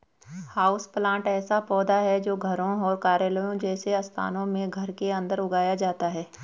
houseplant ऐसा पौधा है जो घरों और कार्यालयों जैसे स्थानों में घर के अंदर उगाया जाता है